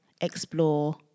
explore